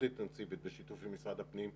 אינטנסיבית בשיתוף עם משרד הפנים באזור,